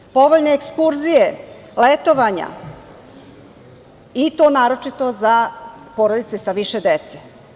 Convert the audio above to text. Dalje, povoljne ekskurzije, letovanja, i to naročito za porodice sa više dece.